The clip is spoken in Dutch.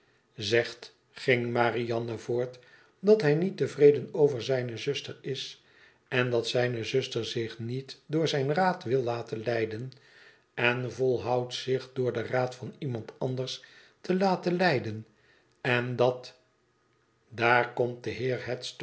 zegt ging marianne voort dat hij niet tevreden over zijne zuster is en dat zijne zuster zich niet door zijn raad wil laten leiden en volhoudt zich door den raad van iemand anders te laten leiden en dat daar komt de